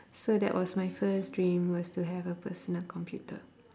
so that was my first dream was to have a personal computer